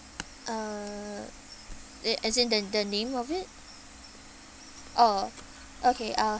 uh it as in the the name of it oh okay uh